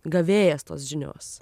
gavėjas žinios